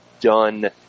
done